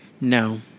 No